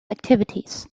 activities